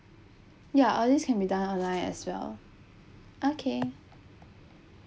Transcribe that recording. ya all this can be done online as well okay